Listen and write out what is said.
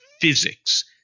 physics